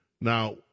Now